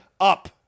up